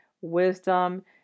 wisdom